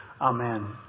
amen